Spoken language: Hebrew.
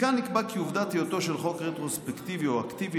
--- בפסיקה נקבע כי 'עובדת היותו של חוק רטרוספקטיבי או אקטיבי